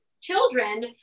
children